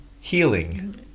Healing